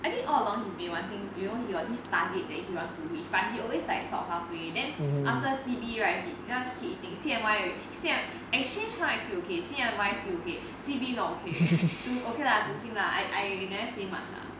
I think all along he has been wanting you know he got this target that he want to reach but he always like stop halfway then after C_B right he ya he still eating C_N_Y exchange snack still okay C_N_Y still okay C_B not okay okay lah up to him lah I never see him much lah